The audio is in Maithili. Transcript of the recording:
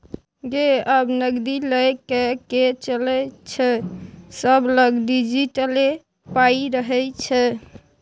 गै आब नगदी लए कए के चलै छै सभलग डिजिटले पाइ रहय छै